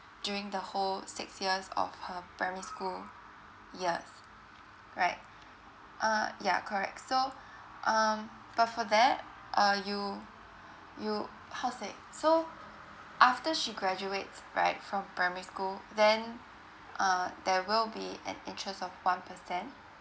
during the whole six years of her primary school years right uh yeah correct so um but for that uh you you how say so after she graduates right from primary school then uh there will be an interest of one percent